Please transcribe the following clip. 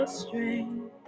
strength